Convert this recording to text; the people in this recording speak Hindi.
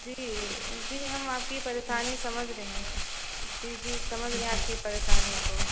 जी जी हम आपकी परेशानी समझ रहे हैं जी जी समझ गएँ आपकी परेशानी को